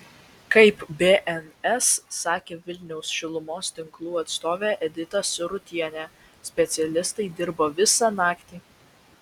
kaip bns sakė vilniaus šilumos tinklų atstovė edita sirutienė specialistai dirbo visą naktį